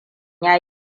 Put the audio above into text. ya